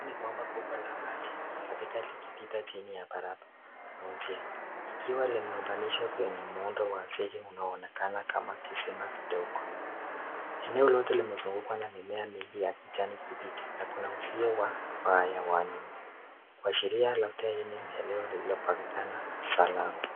Hili ni bomba kubwa la maji linakaa linapita chini ya barabara au njia ikiwa limeunganishwa kwenye muundo wa msingi unaonekana kama kisima kidogo. Eneo lote limezungukwa na mimea mingi ya kijani kibichi na kuna mzee wa haya wa nyuma kuashiria labda hii eneo lililo patikana salama.